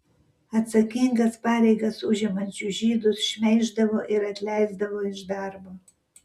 atsakingas pareigas užimančius žydus šmeiždavo ir atleisdavo iš darbo